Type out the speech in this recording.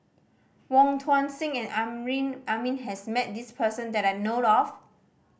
Wong Tuang Seng and Amrin Amin has met this person that I know of